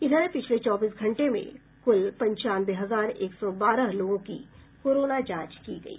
इधर पिछले चौबीस घंटे में कूल पंचानवे हजार एक सौ बारह लोगों की कोरोना जांच की गयी